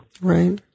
Right